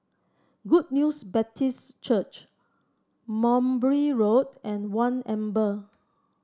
Good News Baptist Church Mowbray Road and One Amber